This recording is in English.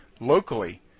locally